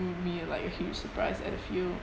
me like a huge surprise at the field